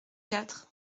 quatre